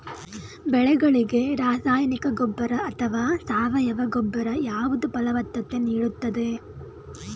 ಬೆಳೆಗಳಿಗೆ ರಾಸಾಯನಿಕ ಗೊಬ್ಬರ ಅಥವಾ ಸಾವಯವ ಗೊಬ್ಬರ ಯಾವುದು ಫಲವತ್ತತೆ ನೀಡುತ್ತದೆ?